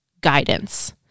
guidance